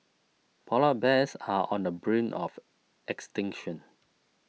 Polar Bears are on the brink of extinction